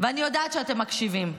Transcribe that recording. ואני יודעת שאתם מקשיבים.